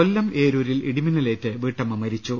കൊല്പം ഏരൂരിൽ ഇടിമിന്നലേറ്റ് വീട്ടമ്മ മരിച്ചു